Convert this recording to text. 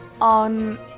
on